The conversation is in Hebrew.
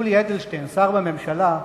יולי אדלשטיין, שר בממשלה,